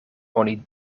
oni